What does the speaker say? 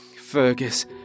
Fergus